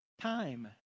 time